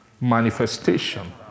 manifestation